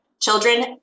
Children